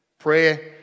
Prayer